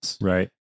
Right